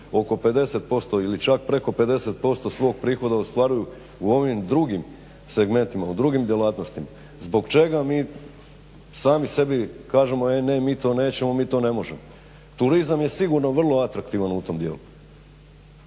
oko 50% ili čak preko 50% svog prihoda ostvaruju u ovim drugim segmentima, u drugim djelatnostima. Zbog čega mi sami sebi kažemo e mi to nećemo, mi to ne možemo? Turizam je sigurno vrlo atraktivan u tom dijelu.